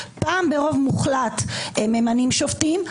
פעם ברוב מוחלט ממנים שופטים,